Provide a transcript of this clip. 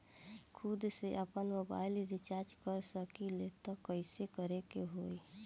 खुद से आपनमोबाइल रीचार्ज कर सकिले त कइसे करे के होई?